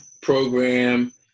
program